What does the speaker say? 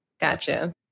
Gotcha